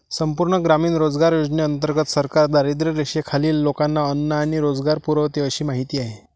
संपूर्ण ग्रामीण रोजगार योजनेंतर्गत सरकार दारिद्र्यरेषेखालील लोकांना अन्न आणि रोजगार पुरवते अशी माहिती आहे